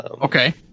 Okay